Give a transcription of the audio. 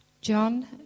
John